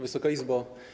Wysoka Izbo!